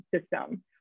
system